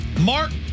Mark